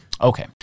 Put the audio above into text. Okay